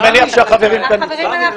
אני מניח שהחברים כאן יצטרפו.